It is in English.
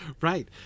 Right